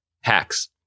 Hacks